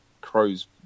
crows